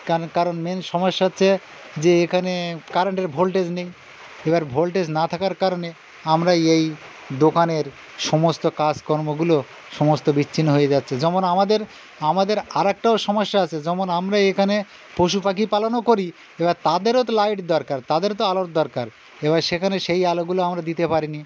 কারণ কারণ মেইন সমস্যা হচ্ছে যে এখানে কারেন্টের ভোল্টেজ নেই এবার ভোল্টেজ না থাকার কারণে আমরা এই দোকানের সমস্ত কাজকর্মগুলো সমস্ত বিচ্ছিন্ন হয়ে যাচ্ছে যেমন আমাদের আমাদের আরেকটাও সমস্যা আছে যেমন আমরা এখানে পশু পাখি পালনও করি এবার তাদেরও তো লাইট দরকার তাদেরও তো আলোর দরকার এবার সেখানে সেই আলোগুলো আমরা দিতে পারি না